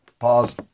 Pause